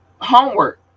homework